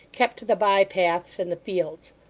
kept to the by-paths and the fields.